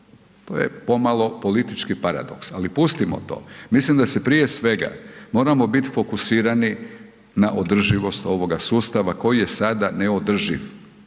to je pomalo politički paradoks. Ali pustimo sada to. Mislim da se prije svega moramo biti fokusirani na održivost ovoga sustava koji je sada neodrživ.